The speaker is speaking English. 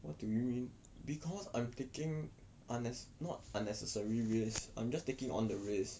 what do you mean because I'm taking unnec~ not unnecessary risk I'm just taking on the risk